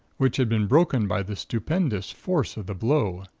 which had been broken by the stupendous force of the blow,